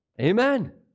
Amen